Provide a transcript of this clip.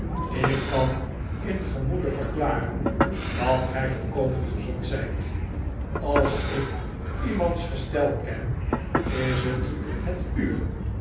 ik kan in gemoede verklaren dat gij volkomen gezond zijt als ik iemands gestel ken is t het uwe